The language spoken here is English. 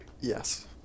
Yes